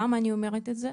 למה אני אומרת את זה?